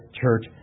church